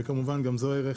וכמובן גם זה ערך.